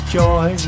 joy